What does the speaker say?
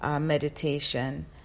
meditation